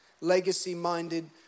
legacy-minded